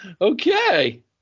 Okay